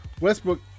Westbrook